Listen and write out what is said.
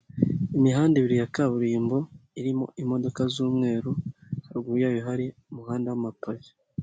Imihanda ibiri ya kaburimbo irimo imodoka z'umweru haruguru yayo hari umuhanda w'amapave.